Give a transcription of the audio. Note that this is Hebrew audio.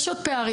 יש עוד פערים,